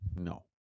No